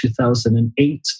2008